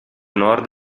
nord